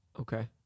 okay